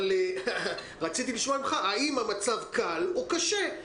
אבל רציתי לשמוע ממך האם המצב קל או קשה.